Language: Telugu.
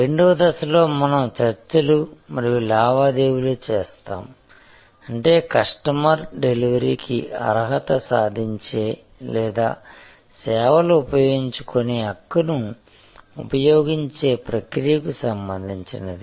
రెండవ దశలో మనం చర్చలు మరియు లావాదేవీలు చేస్తాము అంటే కస్టమర్ డెలివరీకి అర్హత సాధించే లేదా సేవలు ఉపయోగించుకునే హక్కును ఉపయోగించే ప్రక్రియకు సంబంధించినది